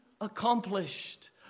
accomplished